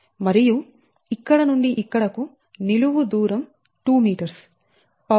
మరియు ఇక్కడ నుండి ఇక్కడకు నిలువు దూరం 2m